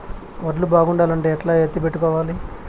వడ్లు బాగుండాలంటే ఎట్లా ఎత్తిపెట్టుకోవాలి?